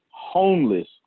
homeless